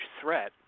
threat